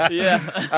yeah i